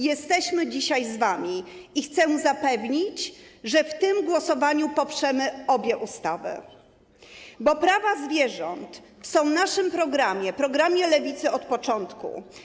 Jesteśmy dzisiaj z wami i chcemy zapewnić, że w tym głosowaniu poprzemy obie ustawy, bo prawa zwierząt są w naszym programie, programie Lewicy, od początku.